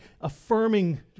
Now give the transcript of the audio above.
affirming